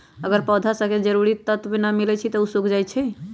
अगर पौधा स के जरूरी तत्व न मिलई छई त उ सूख जाई छई